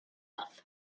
off